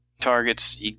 targets